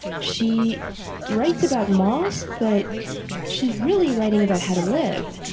she writes about moss but she's really writing about how to live,